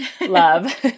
love